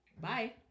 Bye